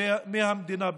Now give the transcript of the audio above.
ומהמדינה בכלל?